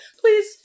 please